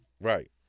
Right